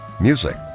music